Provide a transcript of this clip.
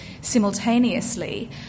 simultaneously